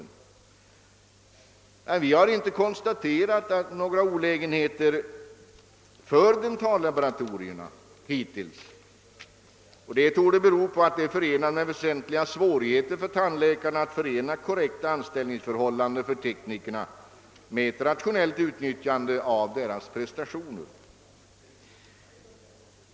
Vi har hittills inte konstaterat några olägenheter för dentallaboratorierna, vilket torde bero på att det är förenat med väsentliga svårigheter för tandläkarna att förena korrekta anställningsförhållanden för teknikerna med ett rationellt utnyttjande av deras prestationer.